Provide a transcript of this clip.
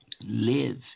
live